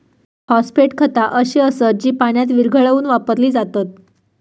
phosphate खता अशी असत जी पाण्यात विरघळवून वापरली जातत